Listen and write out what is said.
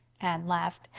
anne laughed.